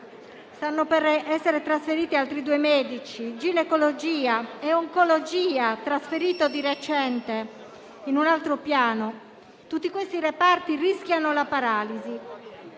stanno per essere trasferiti altri due medici, di ginecologia e oncologia trasferito di recente in un altro piano. Tutti questi reparti rischiano la paralisi.